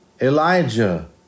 Elijah